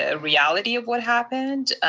ah reality of what happened.